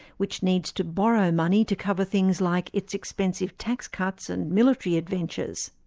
which needs to borrow money to cover things like its expensive tax cuts and military adventures.